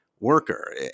worker